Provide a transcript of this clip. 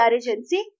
agency